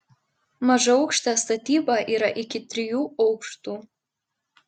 mažaaukštė statyba yra iki trijų aukštų